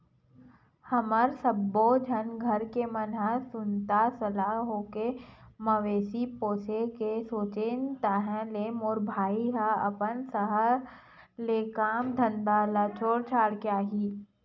हमन सब्बो झन घर के मन ह सुनता सलाह होके मवेशी पोसे के सोचेन ताहले मोर भाई ह अपन सहर के काम धंधा ल छोड़ छाड़ के आही